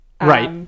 Right